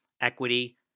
equity